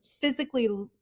physically –